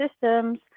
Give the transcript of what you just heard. systems